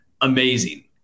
amazing